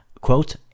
Quote